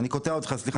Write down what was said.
הנקודה הזו ברורה,